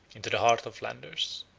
into the heart of flanders.